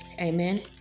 Amen